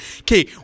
Okay